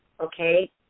okay